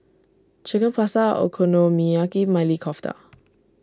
Chicken Pasta Okonomiyaki Maili Kofta